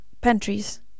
pantries